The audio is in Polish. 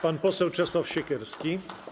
Pan poseł Czesław Siekierski.